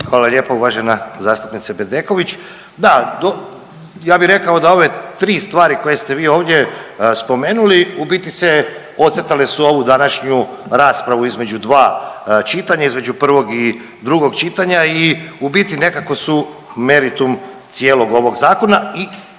Hvala lijepo uvažena zastupnice Bedeković. Da, ja bi rekao da ove tri stvari koje ste vi ovdje spomenuli u biti se ocrtale su ovu današnju raspravu između dva čitanja, između prvog i drugog čitanja i u biti nekako su meritum cijelog ovog zakona